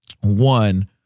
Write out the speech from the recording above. one